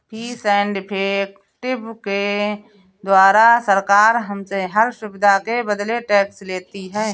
fees and effective के द्वारा सरकार हमसे हर सुविधा के बदले टैक्स लेती है